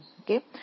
Okay